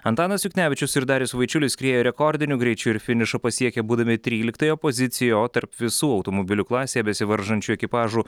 antanas juknevičius ir darius vaičiulis skriejo rekordiniu greičiu ir finišą pasiekė būdami tryliktoje pozicijoje o tarp visų automobilių klasėje besivaržančių ekipažų